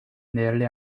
nearly